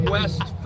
West